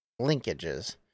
linkages